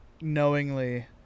knowingly